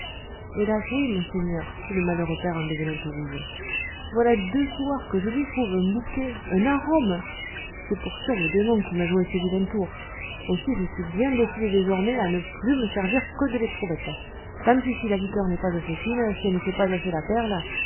hélas oui monseigneur fit le malheureux père en devenant tout rouge voilà deux soirs que je lui trouve un bouquet un arôme c'est pour sûr le démon qui m'a joué ce vilain tour aussi je suis bien décidé désormais à ne plus me servir que de l'éprouvette tant pis si la liqueur n'est pas assez fine si elle ne fait pas assez la perle